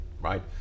right